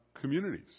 communities